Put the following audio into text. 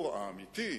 אגב.